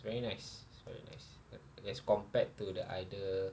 very nice it's very nice as compared to the other